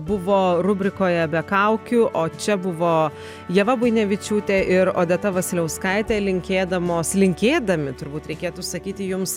buvo rubrikoje be kaukių o čia buvo ieva buinevičiūtė ir odeta vasiliauskaitė linkėdamos linkėdami turbūt reikėtų sakyti jums